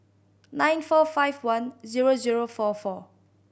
nine four five one zero zero four four